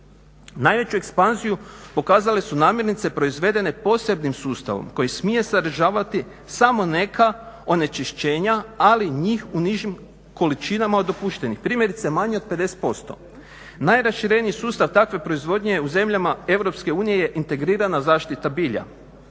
Najveću ekspanziju pokazale su namirnice proizvedene posebnim sustavom koji smije sadržavati samo neka onečišćenja, ali njih u nižim količinama od dopuštenih, primjerice manje od 50%. Najrašireniji sustav takve proizvodnje u zemljama Europske unije je integrirana zaštita bilja,